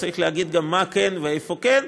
צריך להגיד גם מה כן ואיפה כן,